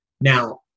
Now